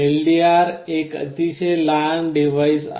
LDRर एक अतिशय लहान डिव्हाइस आहे